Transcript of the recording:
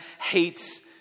hates